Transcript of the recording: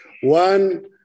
One